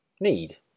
Need